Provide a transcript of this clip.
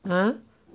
ha